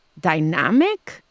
dynamic